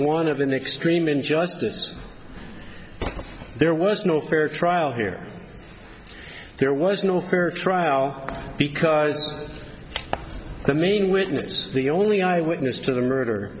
one of the next dream in justice there was no fair trial here there was no fair trial because the main witness the only eyewitness to the murder